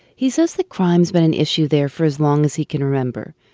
he says that crime's been an issue there for as long as he can remember.